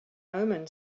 omen